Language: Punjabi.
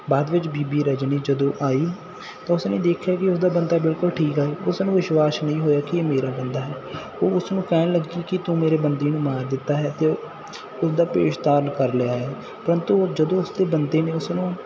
ਬਾਅਦ ਵਿੱਚ ਬੀਬੀ ਰਜਨੀ ਜਦੋਂ ਆਈ ਤਾਂ ਉਸ ਨੇ ਦੇਖਿਆ ਕਿ ਉਸਦਾ ਬੰਦਾ ਬਿਲਕੁਲ ਠੀਕ ਆ ਉਸ ਨੂੰ ਵਿਸ਼ਵਾਸ ਨਹੀਂ ਹੋਇਆ ਕਿ ਇਹ ਮੇਰਾ ਬੰਦਾ ਹੈ ਉਹ ਉਸ ਨੂੰ ਕਹਿਣ ਲੱਗੀ ਕਿ ਤੂੰ ਮੇਰੇ ਬੰਦੇ ਨੂੰ ਮਾਰ ਦਿੱਤਾ ਹੈ ਅਤੇ ਉਹ ਉਸਦਾ ਭੇਸ ਧਾਰਨ ਕਰ ਲਿਆ ਹੈ ਪ੍ਰੰਤੂ ਉਹ ਜਦੋਂ ਉਸ ਦੇ ਬੰਦੇ ਨੇ ਉਸਨੂੰ